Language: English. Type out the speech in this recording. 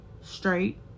straight